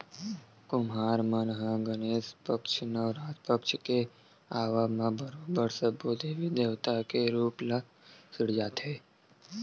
कुम्हार मन ह गनेस पक्छ, नवरात पक्छ के आवब म बरोबर सब्बो देवी देवता के रुप ल सिरजाथे